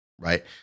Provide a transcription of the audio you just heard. right